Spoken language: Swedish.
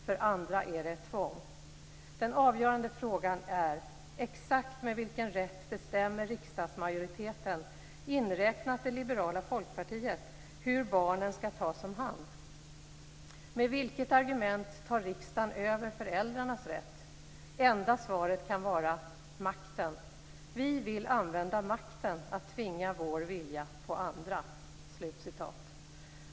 För andra är det ett tvång. Den avgörande frågan är: Exakt med vilken rätt bestämmer riksdagsmajoriteten, inräknat det 'liberala' folkpartiet, hur barnen skall tas om hand? Med vilket argument tar riksdagen över föräldrarnas rätt? Enda svaret kan vara: makten - vi vill använda makten att tvinga vår vilja på andra."